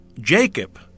Jacob